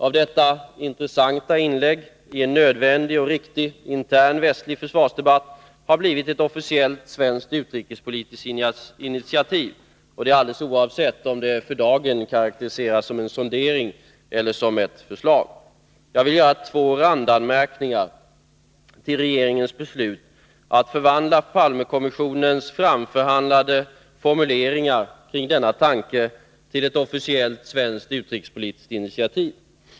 Av detta intressanta inlägg i en nödvändig och riktig intern västlig försvarsdebatt har blivit ett officiellt svenskt utrikespolitiskt initiativ — alldeles oavsett om det för dagen karakteriseras som en sondering eller som ett förslag. Jag vill göra två randanmärkningar till regeringens beslut att förvandla Palmekommissionens framförhandlade formuleringar kring denna tanke till ett officiellt svenskt utrikespolitiskt initiativ.